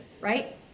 right